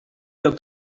lloc